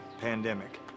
pandemic